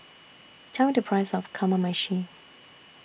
Tell Me The Price of Kamameshi